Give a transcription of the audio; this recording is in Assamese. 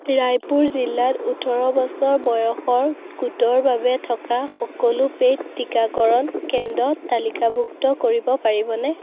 ৰায়পুৰ জিলাত ওঠৰ বছৰ বয়সৰ গোটৰ বাবে থকা সকলো পেইড টিকাকৰণ কেন্দ্ৰ তালিকাভুক্ত কৰিব পাৰিবনে